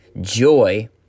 Joy